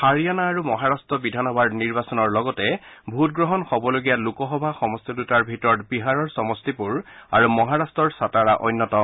হাৰিয়ানা আৰু মহাৰট্ট বিধানসভাৰ নিৰ্বাচনৰ লগতে ভোটগ্ৰহণ হ'বলগীয়া লোকসভা সমষ্টি দুটাৰ ভিতৰত বিহাৰৰ সমষ্টিপুৰ আৰু মহাৰাষ্ট্ৰৰ ছাটাৰা অন্যতম